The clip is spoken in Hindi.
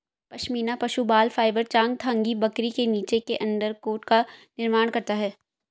पश्मीना पशु बाल फाइबर चांगथांगी बकरी के नीचे के अंडरकोट का निर्माण करता है